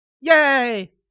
Yay